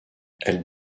elles